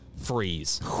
freeze